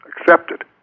accepted